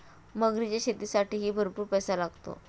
मगरीच्या शेतीसाठीही भरपूर पैसा लागतो